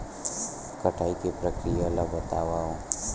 कटाई के प्रक्रिया ला बतावव?